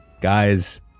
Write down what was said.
Guys